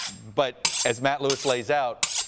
but as matt lewis lays out,